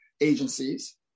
agencies